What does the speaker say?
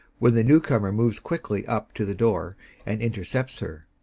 when the new-comer moves quickly up to the door and intercepts her.